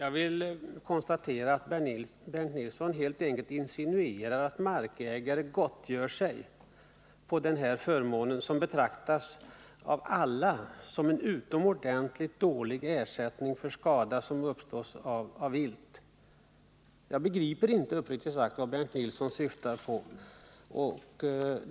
Herr talman! Bernt Nilsson insinuerar helt enkelt att markägare tjänar på denna ersättning, som av alla betraktas som ett utomordentligt dåligt vederlag för skada som har orsakats av vilt. Jag begriper, uppriktigt sagt, inte vad Bernt Nilsson syftar på.